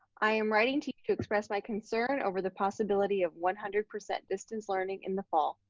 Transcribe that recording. i am writing to you to express my concern over the possibility of one hundred percent distance learning in the fall.